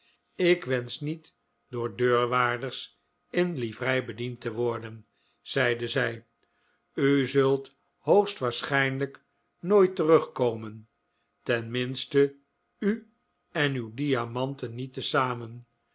ik wensch niet door deurwaarders in livrei bediend te worden zeide zij u zult hoogstwaarschijnlijk nooit terugkomen ten minste u en uw diamanten niet te zamen